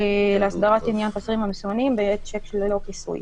להסדרת עניין תזרים המזומנים בעת שיק ללא כיסוי.